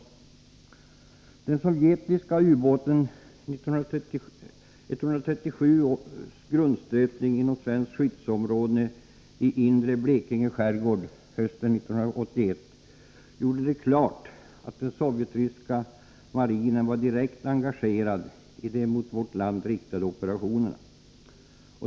Den sovjetiska ubåten U 137:s grundstötning inom svenskt skyddsområde i den inre Blekingeskärgården hösten 1981 gjorde det klart att den sovjetryska marinen var direkt engagerad i de mot vårt land riktade operationerna.